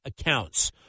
accounts